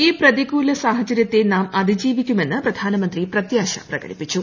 ഈ പ്രതിക്ടൂല സാഹചര്യത്തെ നാം അതിജീവിക്കുമെന്ന് പ്രധാനമന്ത്രി പ്രത്യാശ പ്രകടിപ്പിച്ചു